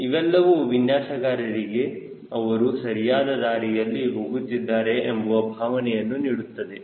ಇವೆಲ್ಲವೂ ವಿನ್ಯಾಸಗಾರರಿಗೆ ಅವರು ಸರಿಯಾದ ದಾರಿಯಲ್ಲಿ ಹೋಗುತ್ತಿದ್ದಾರೆ ಎಂಬುವ ಭಾವನೆಯನ್ನು ನೀಡುತ್ತದೆ